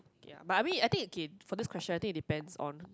ya but I mean I think okay for this question I think it depend on